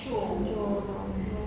hancur [tau]